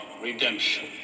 Redemption